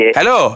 hello